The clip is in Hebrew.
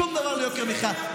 שום דבר ליוקר מחיה.